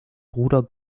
bruder